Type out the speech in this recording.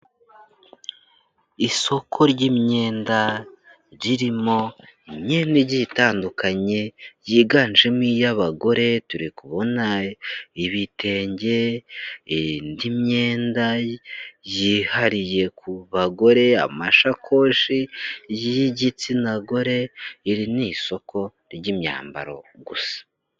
Isoko ry'imyenda, ririmo imyenda igiye itandukanye, yiganjemo iy'abagore, turi kubona ibitenge, indi myenda, yihariye ku bagore, amashakoshi y'igitsina gore, iri ni isoko ry'imyambaro, gusa.